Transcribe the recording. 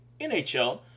NHL